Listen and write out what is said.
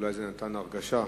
אולי זה נתן הרגשה כזאת,